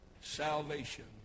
salvation